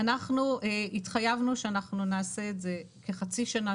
אנחנו התחייבנו שאנחנו נעשה את זה כחצי שנה.